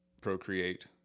procreate